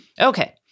Okay